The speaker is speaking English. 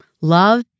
Love